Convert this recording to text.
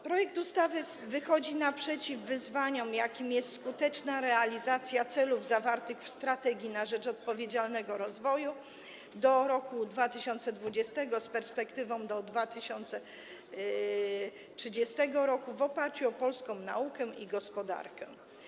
Projekt ustawy wychodzi naprzeciw wyzwaniu, jakim jest skuteczna realizacja celów zawartych w „Strategii na rzecz odpowiedzialnego rozwoju do roku 2020 (z perspektywą do 2030 r.)” w oparciu o polską naukę i gospodarkę.